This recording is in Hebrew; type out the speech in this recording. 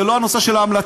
זה לא הנושא של ההמלצה,